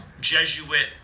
Jesuit